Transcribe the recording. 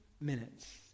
minutes